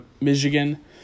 Michigan